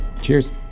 Cheers